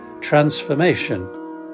Transformation